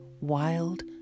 Wild